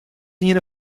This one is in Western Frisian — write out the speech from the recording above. iene